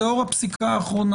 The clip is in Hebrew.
לאור הפסיקה האחרונה.